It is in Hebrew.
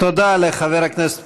תודה לחבר הכנסת